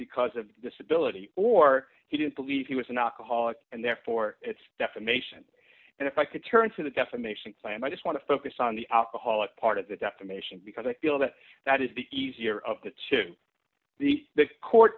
because of disability or he didn't believe he was an alcoholic and therefore it's defamation and if i could turn to the defamation claim i just want to focus on the op the holic part of the defamation because i feel that that is the easier of the two the court